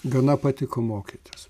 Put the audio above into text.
gana patiko mokytis